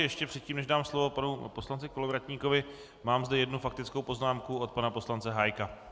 Ještě předtím, než dám slovo panu poslanci Kolovratníkovi, mám zde jednu faktickou poznámku od pana poslance Hájka.